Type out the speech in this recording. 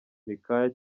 imikaya